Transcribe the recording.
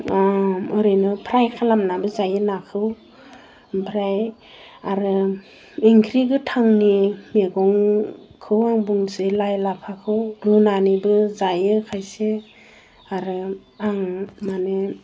ओरैनो फ्राइ खालामनानैबो जायो नाखौ आमफ्राय आरो ओंख्रि गोथांनि मैगंखौ आं बुंसै लाइ लाफाखौ रुनानैबो जायो खायसे आरो आं मानि